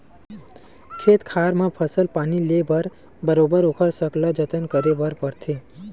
खेत खार म फसल पानी ले बर बरोबर ओखर सकला जतन करे बर परथे